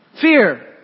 Fear